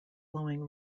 flowing